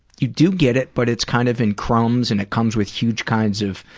you do get it, but it's kind of in crumbs and it comes with huge kinds of